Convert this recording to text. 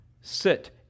sit